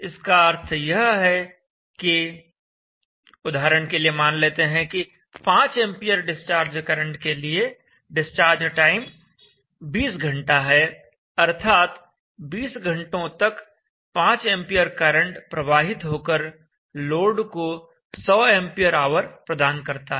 इसका अर्थ यह है कि उदाहरण के लिए मान लेते हैं कि 5 एंपियर डिस्चार्ज करंट के लिए डिस्चार्ज टाइम 20 घंटा है अर्थात 20 घंटों तक 5 एंपियर करंट प्रवाहित होकर लोड को 100 एंपियर आवर प्रदान करता है